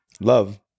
Love